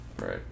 right